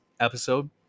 episode